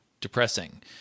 depressing